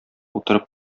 утырып